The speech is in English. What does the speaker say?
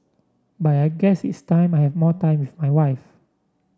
but I guess it's time I have more time with my wife